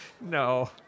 No